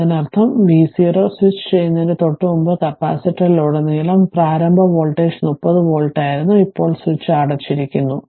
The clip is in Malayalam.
അതിനർത്ഥം v0 സ്വിച്ച് ചെയ്യുന്നതിന് തൊട്ടുമുമ്പ് കപ്പാസിറ്ററിലുടനീളം പ്രാരംഭ വോൾട്ടേജ് 30 വോൾട്ട് ആയിരുന്നു ഇപ്പോൾ സ്വിച്ച് അടച്ചിരിക്കുന്നു